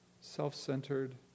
self-centered